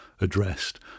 addressed